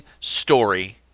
story